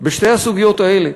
בשתי הסוגיות האלה,